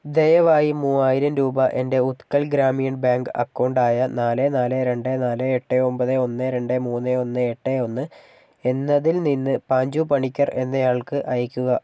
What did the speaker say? ദയവായി മൂവായിരം രൂപ എൻ്റെ ഉത്കൽ ഗ്രാമീൺ ബാങ്ക് അക്കൗണ്ട് ആയ നാല് നാല് രണ്ട് നാല് എട്ട് ഒമ്പത് ഒന്ന് രണ്ട് മൂന്ന് ഒന്ന് എട്ട് ഒന്ന് എന്നതിൽ നിന്ന് പാഞ്ചു പണിക്കർ എന്നയാൾക്ക് അയയ്ക്കുക